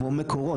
כמו מקורות.